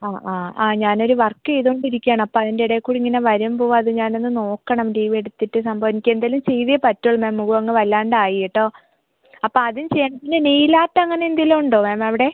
ആ ആ ആ ഞാൻ ഒരു വർക്ക് ചെയ്തുകൊണ്ടിരിക്കയാണ് അപ്പോള് അതിൻ്റെ ഇടയില്ക്കൂടി ഇങ്ങനെ വരുകയും പോവുകയും അത് ഞാൻ ഒന്ന് നോക്കണം ലീവ് എടുത്തിട്ട് സംഭവം എനിക്ക് എന്തേലും ചെയ്തേ പറ്റൂ മാം മുഖം അങ്ങ് വല്ലാണ്ടായി കേട്ടോ അപ്പോള് അതും ചെയ്യണം പിന്നെ നെയിൽ ആർട്ട് അങ്ങനെയെന്തേലും ഉണ്ടോ മാം അവിടെ